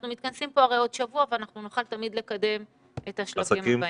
אנחנו מתכנסים פה הרי עוד שבוע ואנחנו נוכל תמיד לקדם את השלבים הבאים.